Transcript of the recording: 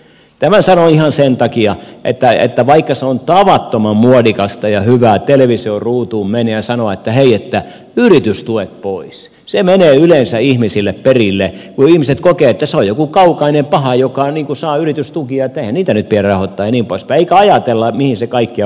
tämän sanon ihan sen takia että vaikka se on tavattoman muodikasta ja hyvää televisioruutuun mennä ja sanoa että hei yritystuet pois se menee yleensä ihmisille perille kun ihmiset kokevat että se on joku kaukainen paha joka saa yritystukia että eihän niitä nyt pidä rahoittaa ja niin pois päin niin ei ajatella mihin se kaikkiaan vaikuttaa